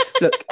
look